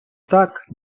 так